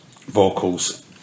Vocals